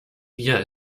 wir